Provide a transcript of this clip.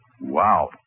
Wow